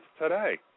today